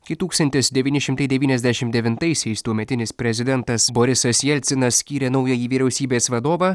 kai tūkstantis devyni šimtai devyniasdešimt devintaisiais tuometinis prezidentas borisas jelcinas skyrė naująjį vyriausybės vadovą